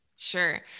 Sure